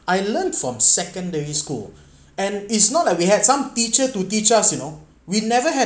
I learnt from secondary school and it's not like we had some teacher to teach us you know we never had